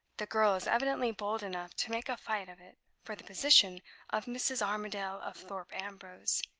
the girl is evidently bold enough to make a fight of it for the position of mrs. armadale of thorpe ambrose,